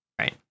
Right